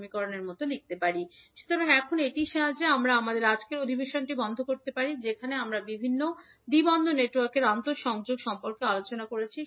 আমরা লিখতে পারি এইভাবে সুতরাং এখন এটির সাহায্যে আমরা আমাদের আজকের অধিবেশনটি বন্ধ করতে পারি যেখানে আমরা বিভিন্ন দ্বি পোর্ট নেটওয়ার্কের আন্তঃসংযোগ সম্পর্কে আলোচনা করেছি